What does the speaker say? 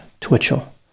Twitchell